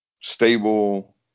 stable